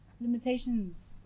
limitations